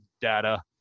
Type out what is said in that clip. data